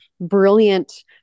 brilliant